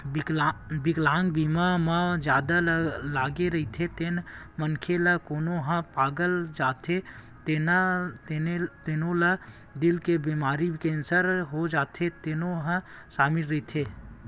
बिकलांगता बीमा म जादा लागे रहिथे तेन मनखे ला कोनो ह पगला जाथे तेनो ला दिल के बेमारी, केंसर हो जाथे तेनो ह सामिल रहिथे